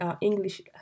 English